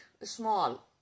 small